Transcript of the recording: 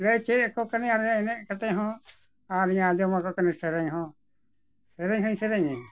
ᱞᱟᱹᱭ ᱪᱮᱫ ᱟᱠᱚ ᱠᱟᱹᱱᱟᱹᱧ ᱟᱨ ᱮᱱᱮᱡ ᱠᱟᱛᱮᱫ ᱦᱚᱸ ᱟᱨ ᱟᱸᱡᱚᱢ ᱟᱠᱚ ᱠᱟᱹᱱᱟᱹᱧ ᱥᱮᱨᱮᱧ ᱦᱚᱸ ᱥᱮᱨᱮᱧ ᱦᱚᱧ ᱥᱮᱨᱮᱧᱟ